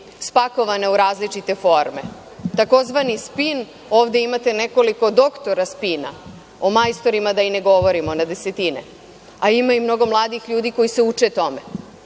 spakovane u različite forme. Takozvani „spin“, ovde imate nekoliko doktora „spina“, o majstorima i da ne govorimo, na desetine, a ima i mnogo mladih ljudi koji se uče tome,